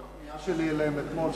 זה בעקבות הפנייה שלי אליהם אתמול,